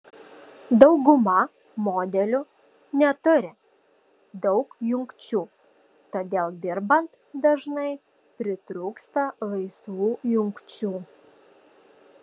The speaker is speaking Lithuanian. dauguma modelių neturi daug jungčių todėl dirbant dažnai pritrūksta laisvų jungčių